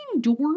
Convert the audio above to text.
doors